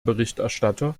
berichterstatter